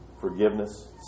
forgiveness